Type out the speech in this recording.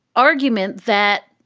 argument that,